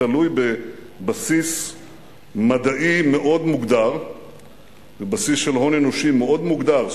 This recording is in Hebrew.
תלויים בבסיס מדעי מאוד מוגדר ובסיס של הון אנושי מאוד מוגדר,